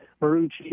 Marucci